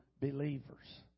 believers